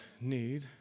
need